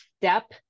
step